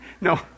No